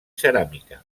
ceràmica